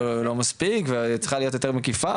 אולי לא מספיק וצריכה להיות יותר מקיפה,